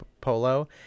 polo